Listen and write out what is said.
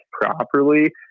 properly